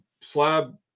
slab